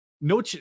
no